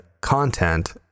content